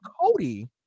Cody